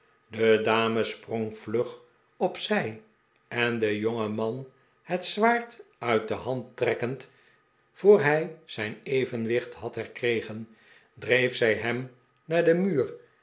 de dame sprong vlug op zij en den jongen man het zwaard uit de hand trekkend voor hij zijn evenwicht had herkregen dreef zij hem naar den muur